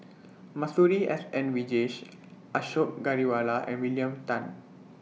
Masuri S N Vijesh Ashok Ghariwala and William Tan